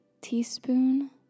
teaspoon